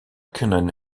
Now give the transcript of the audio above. kunnen